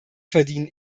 verdienen